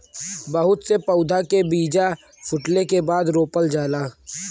बहुत से पउधा के बीजा फूटले के बादे रोपल जाला